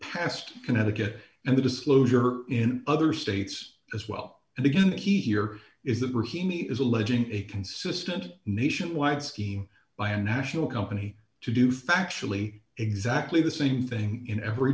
past connecticut and the disclosure in other states as well and again he here is that rahimi is alleging a consistent nationwide scheme by a national company to do factually exactly the same thing in every